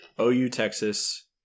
OU-Texas